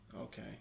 Okay